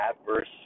adverse